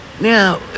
Now